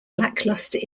lackluster